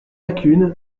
lacune